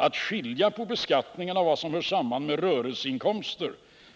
Att skilja på beskattningen av vad som hör samman med rörelseinkomster